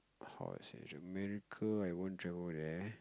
how to say America I won't travel there